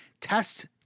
test